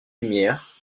lumière